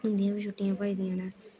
उंदियां बी छुट्टियां भजदियां न